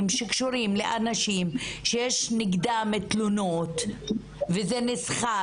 שקשורים לאנשים שיש נגדם תלונות וזה נסחב,